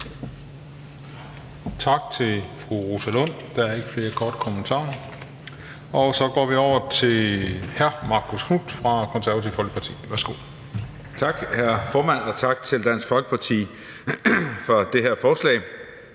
Tak til fru Rosa Lund. Der er ikke flere korte bemærkninger. Og så går vi over til hr. Marcus Knuth fra Det Konservative Folkeparti. Værsgo. Kl. 20:56 (Ordfører) Marcus Knuth (KF): Tak, hr. formand. Og tak til Dansk Folkeparti for det her forslag.